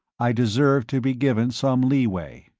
i deserve to be given some leeway.